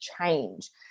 change